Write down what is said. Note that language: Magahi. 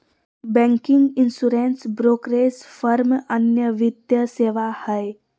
बैंकिंग, इंसुरेन्स, ब्रोकरेज फर्म अन्य वित्तीय सेवा हय